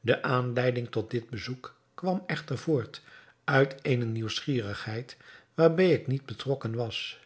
de aanleiding tot dit bezoek kwam echter voort uit eene nieuwsgierigheid waarbij ik niet betrokken was